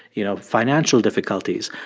you know, financial difficulties.